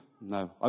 No